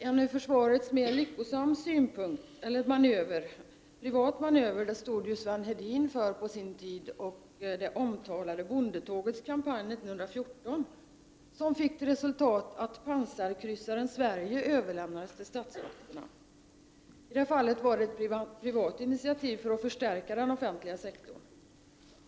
En från försvarets synpunkt mer lyckosam privat manöver stod ju Sven Hedin för på sin tid i och med det omtalade bondetågets kampanj 1914. Denna fick till resultat att pansarkryssaren Sverige överlämnades till statsmakterna. I det fallet var det fråga om ett privat initiativ med syfte att förstärka den offentliga sektorn.